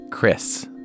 Chris